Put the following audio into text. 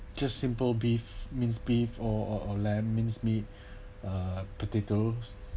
just simple beef minced beef or or lamb minced meat uh potatoes